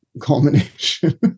culmination